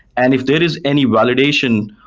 and if there is any validation,